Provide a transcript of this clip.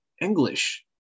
English